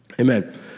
Amen